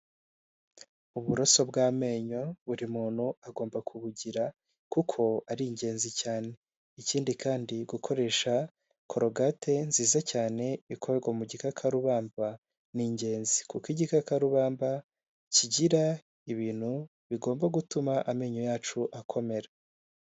Uburoso bw'amenyo buri muntu agomba kubugira kuko ari ingenzi cyane, ikindi kandi gukoresha korogate nziza cyane ikorwa mu gikakarubamba ni ingenzi kuko igikakarubamba kigira ibintu bigomba gutuma amenyo yacu akomera.